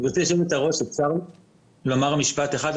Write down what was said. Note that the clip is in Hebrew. גברתי היושבת-ראש, אפשר לומר משפט אחד?